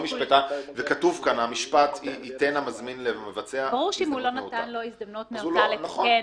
ברור שאם הוא לא נתן לו הזדמנות נאותה לתקן,